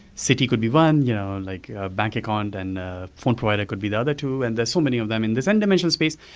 city could be one, you know like ah bank account and phone provider could be the other two, and there's so many of them. and this n-dimensional space,